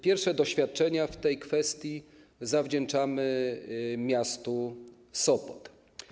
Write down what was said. Pierwsze doświadczenia w tej kwestii zawdzięczamy miastu Sopot.